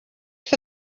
for